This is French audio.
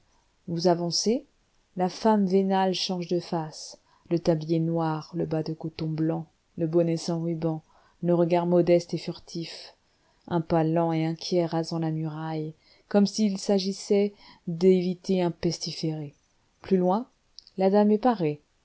vous avancez la femme vénale change de face le tablier noir le bas de coton blanc le bonnet sans rubans le regard modeste et furtif un pas lent et inquiet rasant la muraille comme s'il s'agissait d'éviter un pestiféré plus loin la dame est parée